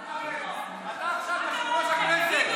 רד מהכיסא,